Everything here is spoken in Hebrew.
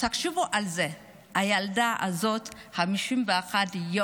תחשבו על זה: הילדה הזאת לא בבית 51 ימים.